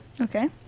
Okay